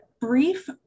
brief